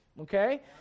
Okay